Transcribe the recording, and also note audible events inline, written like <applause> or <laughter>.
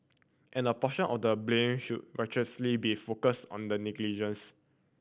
and a portion of the blame should <unintelligible> be focused on the negligence